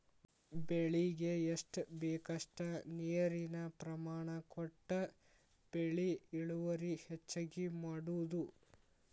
ಬೆಳಿಗೆ ಎಷ್ಟ ಬೇಕಷ್ಟ ನೇರಿನ ಪ್ರಮಾಣ ಕೊಟ್ಟ ಬೆಳಿ ಇಳುವರಿ ಹೆಚ್ಚಗಿ ಮಾಡುದು